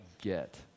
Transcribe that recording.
get